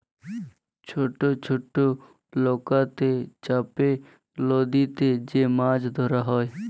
ছট ছট লকাতে চাপে লদীতে যে মাছ ধরা হ্যয়